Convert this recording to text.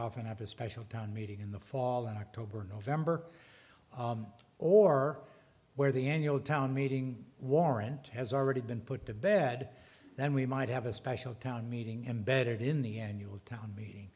often have a special town meeting in the fall in october or november or where the annual town meeting warrant has already been put to bed then we might have a special town meeting embedded in the end you have town meeting